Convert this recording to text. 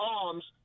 arms